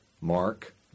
mark